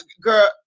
Girl